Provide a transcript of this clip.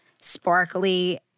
sparkly